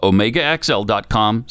Omegaxl.com